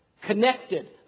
connected